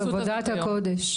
על עבודת הקודש,